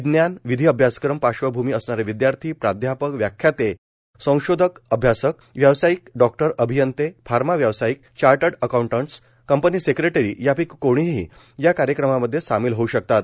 विज्ञानए विधी अभ्यासक्रम पार्श्वभूमी असणारे विद्यार्थी प्राध्यापक व्याख्याते संशोधक अभ्यासक व्यावसायिक डॉक्टर अभियंते फार्मा व्यावसायिक चार्टर्ड अकाउंटंट्स कंपनी सेक्रेटरी यापैकी कोणीही या कार्यक्रमामध्ये सामिल होउ शकतात